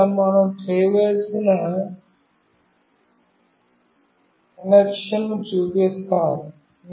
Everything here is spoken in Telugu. మొదట మనం చేయవలసిన కనెక్షన్ను చూపిస్తాను